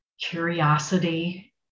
curiosity